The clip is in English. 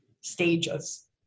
stages